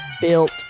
built